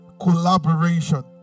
collaboration